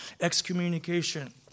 excommunication